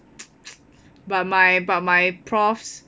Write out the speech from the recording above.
but my but my profs